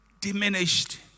diminished